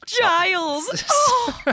Giles